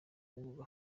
ahubwo